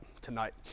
tonight